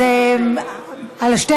על שתי